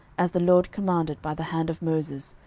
as the lord commanded by the hand of moses,